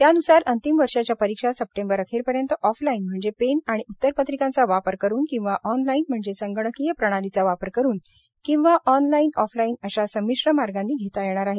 त्यानुसार अंतिम वर्षाच्या परीक्षा सप्टेंबर अखेरपर्यंत ऑफलाइन म्हणजे पेन आणि उत्तरपत्रिकांचा वापर करून किंवा ऑनलाईन म्हणजे संगणकीय प्रणालीचा वापर करून किंवा ऑनलाइन ऑफलाइन अशा संमिश्र मार्गानी घेता येणार आहेत